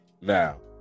Now